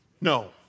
No